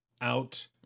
out